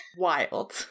Wild